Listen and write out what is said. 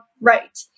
right